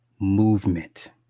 movement